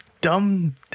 dumb